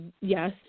yes